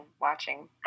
watching